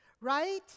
right